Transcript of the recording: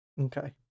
Okay